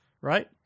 right